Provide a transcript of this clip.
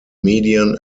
median